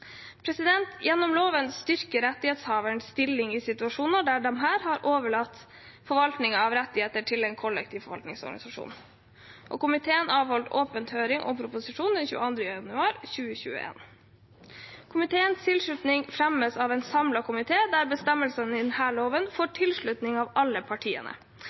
Gjennom loven styrkes rettighetshavernes stilling i situasjoner der disse har overlatt forvaltningen av rettigheter til en kollektiv forvaltningsorganisasjon. Komiteen avholdt åpen høring om proposisjonen den 22. januar 2021. Komiteens tilslutning fremmes av en samlet komité, der bestemmelsene i denne loven får tilslutning fra alle partiene.